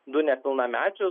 du nepilnamečius